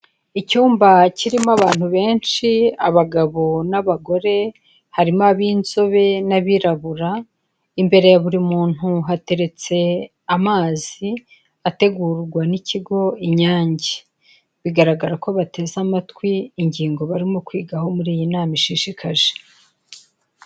Icyumba kirimo abantu benshi abagabo n'abagore, harimo ab'inzobe n'abirabura, imbere ya buri muntu hateretse amazi ategurwa n'ikigo inyange, bigaragara ko bateze amatwi ingingo barimo kwigaho muri iyi nama ishishikaje.